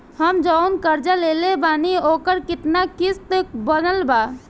हम जऊन कर्जा लेले बानी ओकर केतना किश्त बनल बा?